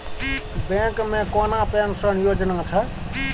Bank मे कोनो pension योजना छै?